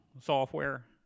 software